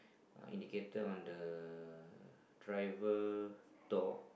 a indicator on the driver door